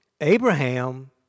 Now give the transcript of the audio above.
Abraham